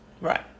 Right